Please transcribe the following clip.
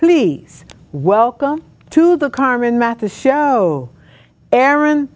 please welcome to the carmen mathis show aaron